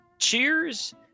cheers